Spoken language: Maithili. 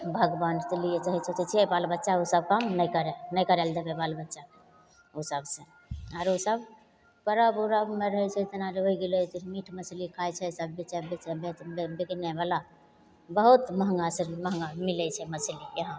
भगवानसे लिए चाहे सोचै छिए बाल बच्चा ओसब काम नहि करै नहि करैले देबै बाल बच्चा ओहि सबसे आओर सब परब उरबमे रहै छै जेना होइ गेलै मीट मछली खाइ छै सब बेचै बेचै बेचि बिकनेवला बहुत महगासे भी महगा मिलै छै मछली इहाँपर